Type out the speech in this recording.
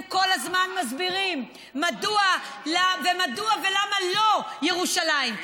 אתם כל הזמן מסבירים מדוע ולמה לא ירושלים,